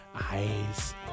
eyes